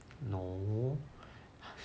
no